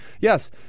Yes